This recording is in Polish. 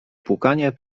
płukanie